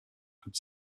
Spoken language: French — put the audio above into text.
toute